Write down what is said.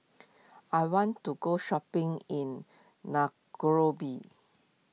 I want to go shopping in